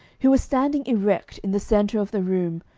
who was standing erect in the centre of the room,